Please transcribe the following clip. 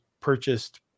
purchased